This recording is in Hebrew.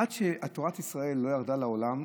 עד שתורת ישראל לא ירדה לעולם,